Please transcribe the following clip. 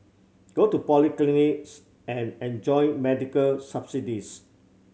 go to polyclinics and enjoy medical subsidies